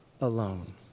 alone